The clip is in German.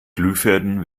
glühfäden